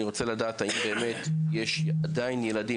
אני רוצה לדעת האם באמת יש עדיין ילדים,